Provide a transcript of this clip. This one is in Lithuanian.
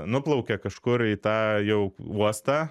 nuplaukia kažkur į tą jau uostą